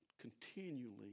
continually